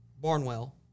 Barnwell